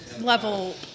level